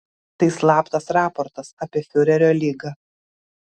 tai slaptas raportas apie fiurerio ligą